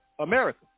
America